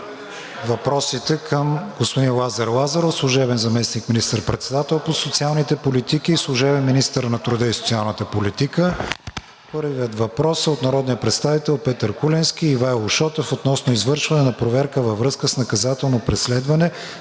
въпросите към господин Лазар Лазаров – служебен заместник министър-председател по социалните политики и служебен министър на труда и социалната политика. Първият въпрос е от народните представители Петър Куленски и Ивайло Шотев относно извършване на проверка във връзка с наказателно преследване